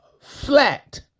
flat